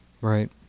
Right